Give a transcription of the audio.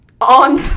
on